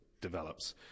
develops